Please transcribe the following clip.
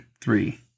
three